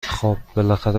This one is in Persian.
خوب، بالاخره